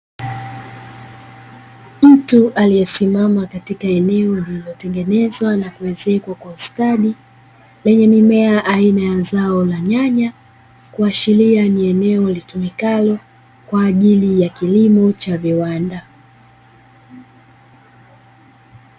Mtu aliesimama katika eneo lililotengezewa na kuezekwa kwa ustadi, lenye mimea aina ya zao la nyanya, kuashiria ni eneo litumikalo kwa ajili ya kilimo cha viwanda.